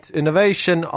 innovation